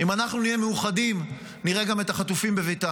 אם אנחנו נהיה מאוחדים, נראה גם את החטופים בביתם.